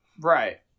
Right